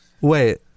Wait